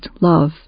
love